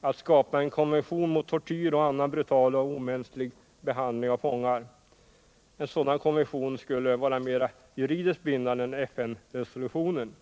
att skapa en konvention mot tortyr och annan brutal och omänsklig behandling av fångar. En sådan konvention skulle vara mera juridiskt bindande än FN-resolutionen.